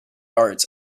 arts